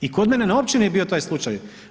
I kod mene na općini je bio taj slučaj.